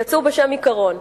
יצאו בשם עיקרון,